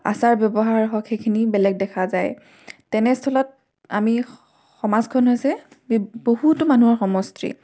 আচাৰ ব্যৱহাৰ হওক সেইখিনি বেলেগ দেখা যায় তেনেস্থলত আমি সমাজখন হৈছে বি বহুতো মানুহৰ সমষ্টি